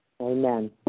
Amen